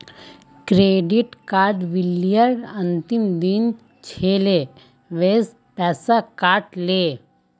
credit card बिलेर अंतिम दिन छिले वसे पैसा कट ले